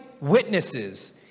witnesses